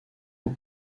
aux